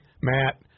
Matt